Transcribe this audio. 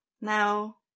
now